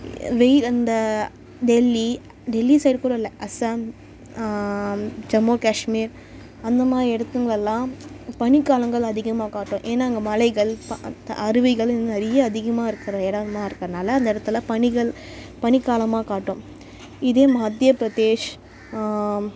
வெயில் அந்த டெல்லி டெல்லி சைடு கூட இல்லை அஸ்ஸாம் ஜம்மு அண்ட் காஷ்மீர் அந்த மாதிரி இடத்துங்களெல்லாம் பனி காலங்கள் அதிகமாக காட்டும் ஏன்னால் அங்கே மலைகள் அருவிகள் நிறையா அதிகமாக இருக்கிற இடமா இருக்கிறனால அந்த இடத்துல பனிகள் பனி காலமாக காட்டும் இதே மத்திய பிரதேஷ்